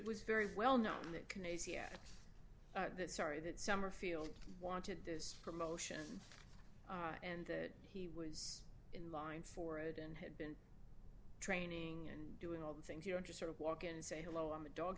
was very well known that can ac at that sorry that summerfield wanted this promotion and that he was in line for it and had been training and doing all the things you know just sort of walk in and say hello i'm a dog